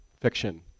fiction